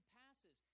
passes